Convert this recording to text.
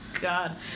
God